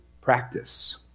practice